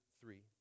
three